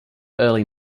early